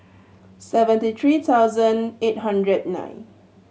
seventy three thousand eight hundred nine